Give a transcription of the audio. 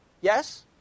Yes